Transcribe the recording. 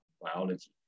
biology